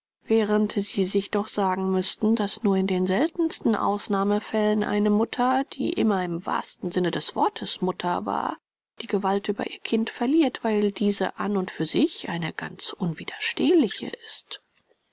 während sie sich doch sagen müßten daß nur in den seltensten ausnahmefällen eine mutter die immer im wahren sinn des wortes mutter war die gewalt über ihr kind verliert weil diese an und für sich eine ganz unwiderstehliche ist